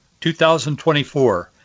2024